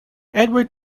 edward